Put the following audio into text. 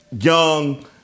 young